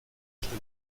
stimme